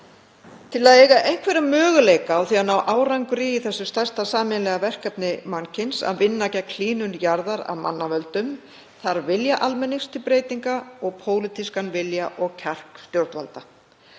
Til að eiga einhverja möguleika á því að ná árangri í þessu stærsta sameiginlega verkefni mannkyns, að vinna gegn hlýnun jarðar af mannavöldum, þarf vilja almennings til breytinga og pólitískan vilja og kjark stjórnvalda.